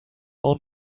own